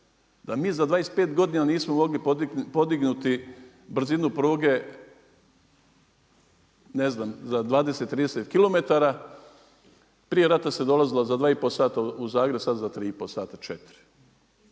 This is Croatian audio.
da mi za 25 godina nismo mogli podignuti brzinu pruge ne znam za 20, 30km. Prije rata se dolazilo za 2,5 sata u Zagreb, sada za 3,5 sata, 4.